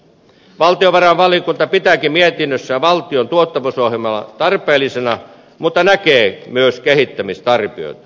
valtiovarainvaliokunta pitääkin mietinnössään valtion tuottavuusohjelmaa tarpeellisena mutta näkee myös kehittämistarpeita